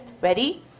ready